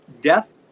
death